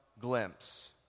glimpse